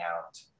out